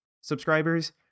subscribers